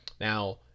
Now